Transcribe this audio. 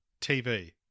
TV